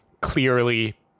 clearly